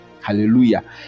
hallelujah